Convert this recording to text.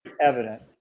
evident